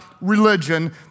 religion